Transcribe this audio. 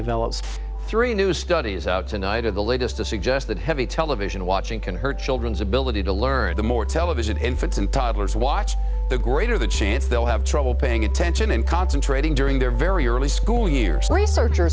develops three new studies out tonight are the latest to suggest that heavy television watching can hurt children's ability to learn the more television infants and toddlers watch the greater the chance they'll have trouble paying attention in concentrating during their very early school years researcher